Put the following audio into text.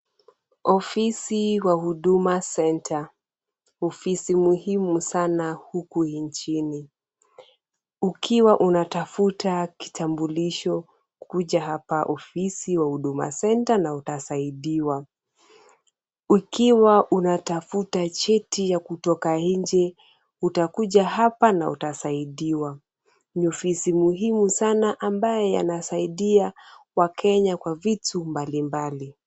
Ofisi wa Huduma centre . Ofisi muhimu sana huku nchini. Ukiwa unatafuta kitambulisho kuja hapa ofisi wa Huduma centre na utasaidiwa. Ikiwa unatafuta cheti ya kutoka nje, utakuja hapa na utasaidiwa. Ni ofisi muhimu sana ambaye yanasaidia wakenya kwa vitu mbali mbali.